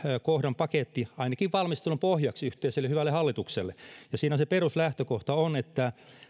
kohdan paketti ainakin valmistelun pohjaksi yhteiselle hyvälle hallitukselle ja siinä se peruslähtökohta on että